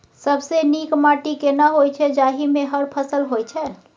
सबसे नीक माटी केना होय छै, जाहि मे हर फसल होय छै?